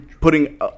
putting